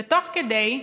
ותוך כדי,